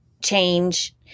change